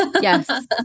Yes